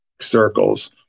circles